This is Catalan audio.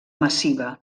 massiva